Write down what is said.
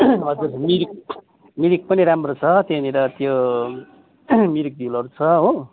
हजुर मिरिक मिरिक पनि राम्रो छ त्यहाँनिर त्यो मिरिक झिलहरू छ हो